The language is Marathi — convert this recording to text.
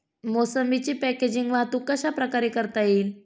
मोसंबीची पॅकेजिंग वाहतूक कशाप्रकारे करता येईल?